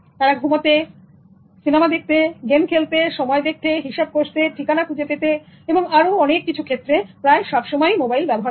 তারা ঘুমাতে গেম খেলতে সিনেমা দেখতে সময় দেখতে হিসাব কষতে ঠিকানা খুঁজে পেতে এবং আরো অনেক কিছু ক্ষেত্রে প্রায় সবসময়ই মোবাইল ব্যবহার করে